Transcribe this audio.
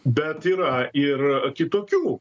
bet yra ir kitokių